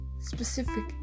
specific